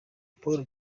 paul